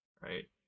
right